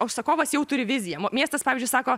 užsakovas jau turi viziją miestas pavyzdžiui sako